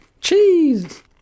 cheese